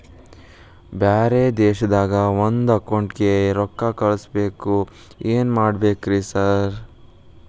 ಬ್ಯಾರೆ ದೇಶದಾಗ ಒಂದ್ ಅಕೌಂಟ್ ಗೆ ರೊಕ್ಕಾ ಕಳ್ಸ್ ಬೇಕು ಏನ್ ಮಾಡ್ಬೇಕ್ರಿ ಸರ್?